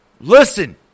Listen